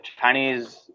Chinese